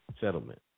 Settlement